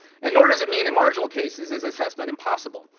and nor does it mean and marginal cases is assessment and possible.